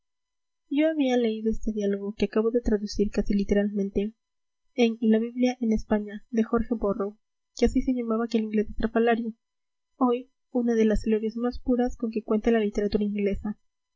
yo había leído este diálogo que acabo de traducir casi literalmente en la biblia en españa de jorge borrow que así se llamaba aquel inglés estrafalario hoy una de las glorias más puras con que cuenta la literatura inglesa